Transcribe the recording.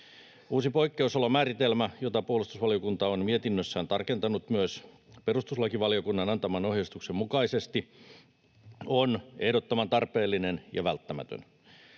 Uusi poikkeusolomääritelmä, jota puolustusvaliokunta on mietinnössään tarkentanut myös perustuslakivaliokunnan antaman ohjeistuksen mukaisesti, on ehdottoman tarpeellinen ja välttämätön.